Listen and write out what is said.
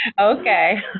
Okay